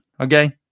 okay